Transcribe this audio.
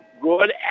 good